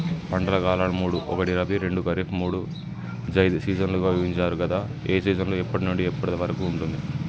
పంటల కాలాలు మూడు ఒకటి రబీ రెండు ఖరీఫ్ మూడు జైద్ సీజన్లుగా విభజించారు కదా ఏ సీజన్ ఎప్పటి నుండి ఎప్పటి వరకు ఉంటుంది?